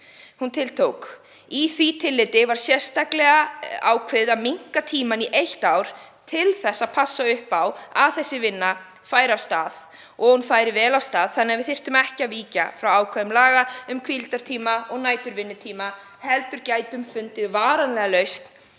Hún tiltók að í því tilliti hafi verið sérstaklega ákveðið að minnka tímann í eitt ár til að passa upp á að þessi vinna færi af stað og hún færi vel af stað þannig að við þyrftum ekki að víkja frá ákvæðum laga um hvíldartíma og næturvinnutíma heldur gætum við fundið varanlega lausn